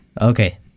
Okay